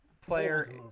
player